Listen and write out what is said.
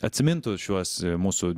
atsimintų šiuos mūsų